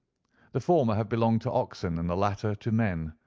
the former have belonged to oxen, and the latter to men.